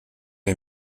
est